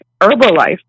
Herbalife